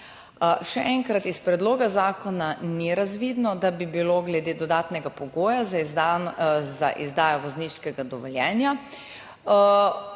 Še enkrat, iz predloga zakona ni razvidno, da bi bilo glede dodatnega pogoja za izdajo vozniškega dovoljenja